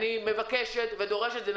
אני מבקשת ודורשת כן